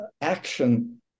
action